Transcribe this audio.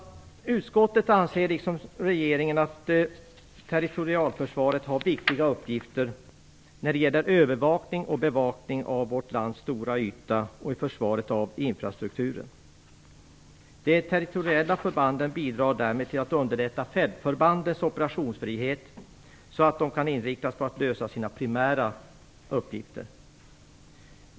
Utskottet anser, liksom regeringen, att territorialförsvaret har viktiga uppgifter när det gäller övervakning och bevakning av vårt lands stora yta och försvaret av infrastrukturen. De territoriella förbanden bidrar därmed till att underlätta fältförbandens operationsfrihet, så att de kan inriktas på att lösa sina primära uppgifter.